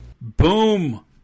Boom